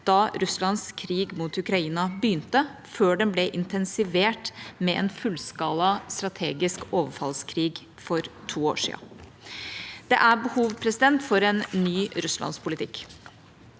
da Russlands krig mot Ukraina begynte, før den ble intensivert med en fullskala strategisk overfallskrig for to år siden. Det er behov for en ny russlandspolitikk.